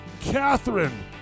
Catherine